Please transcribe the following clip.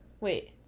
wait